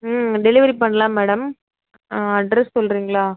ம் டெலிவரி பண்ணலாம் மேடம் ஆ அட்ரெஸ் சொல்லுறிங்களா